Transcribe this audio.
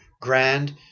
grand